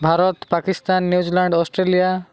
Bharat Pakistan New Zealand Australia